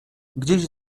gdzieś